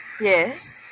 Yes